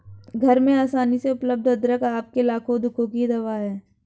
घर में आसानी से उपलब्ध अदरक आपके लाखों दुखों की दवा है